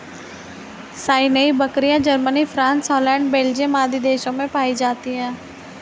सानेंइ बकरियाँ, Germany, France, Holland, Belgium आदि देशों में भी पायी जाती है